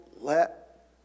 Let